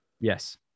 Yes